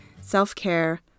self-care